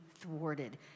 thwarted